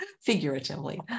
figuratively